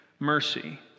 Mercy